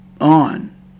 on